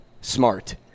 Smart